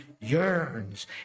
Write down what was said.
yearns